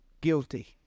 Guilty